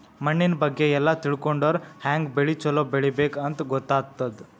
ಮಣ್ಣಿನ್ ಬಗ್ಗೆ ಎಲ್ಲ ತಿಳ್ಕೊಂಡರ್ ಹ್ಯಾಂಗ್ ಬೆಳಿ ಛಲೋ ಬೆಳಿಬೇಕ್ ಅಂತ್ ಗೊತ್ತಾಗ್ತದ್